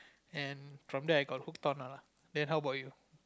and from there I got hooked on err then how about you